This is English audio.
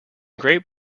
great